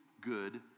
good